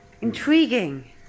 Intriguing